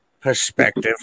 perspective